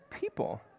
people